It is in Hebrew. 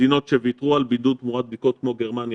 מדינות שוויתרו על בידוד תמורת בדיקות כמו גרמניה,